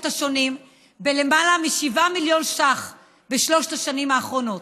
השונים בלמעלה מ-7 מיליון שקלים בשלוש השנים האחרונות.